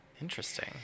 Interesting